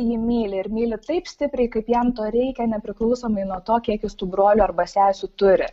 jį myli ir myli taip stipriai kaip jam to reikia nepriklausomai nuo to kiek jis tų brolių arba sesių turi